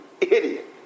idiot